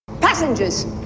Passengers